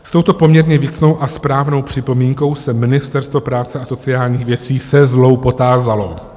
S touto poměrně věcnou a správnou připomínkou se Ministerstvo práce a sociálních věcí se zlou potázalo.